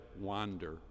wander